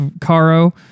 Caro